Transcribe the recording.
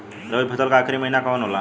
रवि फसल क आखरी महीना कवन होला?